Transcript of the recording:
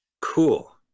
cool